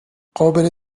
قابل